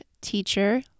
teacher